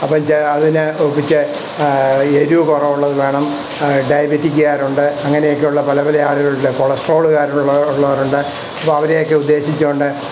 അപ്പം ജാ അതിന് ഒപ്പിച്ച് എരിവ് കുറവുള്ളതു വേണം ഡയബറ്റിക്ക്കാരുണ്ട് അങ്ങനെയൊക്കെയുള്ള പല പല ആളുകളുണ്ട് കൊളസ്ട്രോൾകാർ ഉള്ളവരുണ്ട് അപ്പം അവരെയൊക്കെ ഉദ്ദേശിച്ചു കൊണ്ട്